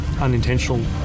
unintentional